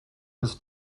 his